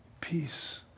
peace